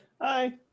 hi